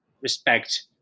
respect